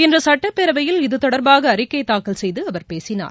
இன்று சட்டப்பேரவையில் இது தொடர்பாக அறிக்கை தாக்கல் செய்து அவர் பேசினார்